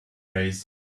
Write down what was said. raise